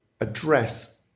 address